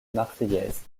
marseillaise